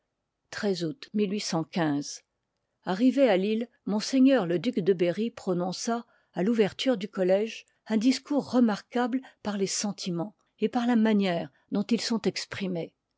i août arrivé à lille ms le duc de berry ii prononça à touverture du collège un discours remarquable par les sentimens et par la manière dont ils sont exprimés